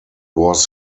was